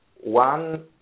one